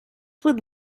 would